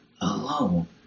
alone